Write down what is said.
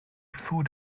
food